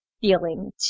feeling